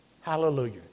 Hallelujah